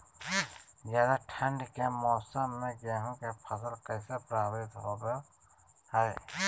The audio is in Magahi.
ज्यादा ठंड के मौसम में गेहूं के फसल कैसे प्रभावित होबो हय?